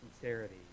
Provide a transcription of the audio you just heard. Sincerity